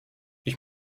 ich